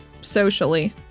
socially